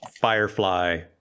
Firefly